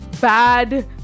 bad